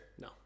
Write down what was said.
no